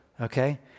Okay